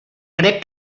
crec